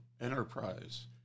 enterprise